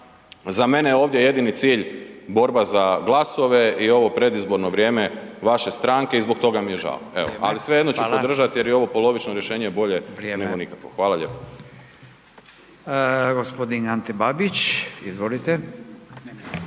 za mene je ovdje jedini cilj borba za glasove i ovo predizborno vrijeme vaše stranke i zbog toga mi je žao. Ali svejedno ću podržati jer je ovo polovično rješenje bolje nego nikakvo. Hvala lijepo.